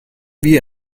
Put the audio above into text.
wir